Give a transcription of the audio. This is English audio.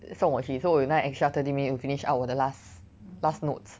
送我去 so 我有那 extra thirty minutes to finish up 我的 last last note